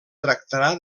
tractarà